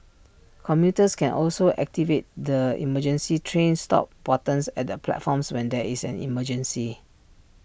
commuters can also activate the emergency train stop buttons at the platforms when there is an emergency